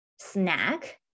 snack